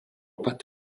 pat